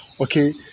okay